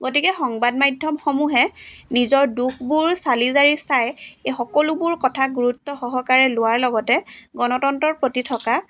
গতিকে সংবাদ মাধ্যমসমূহে নিজৰ দোষবোৰ চালি জাৰি চাই এই সকলোবোৰ কথা গুৰুত্ব সহকাৰে লোৱাৰ লগতে গণতন্ত্ৰৰ প্ৰতি থকা